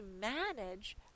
manage